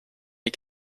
mes